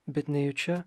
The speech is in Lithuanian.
bet nejučia